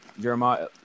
Jeremiah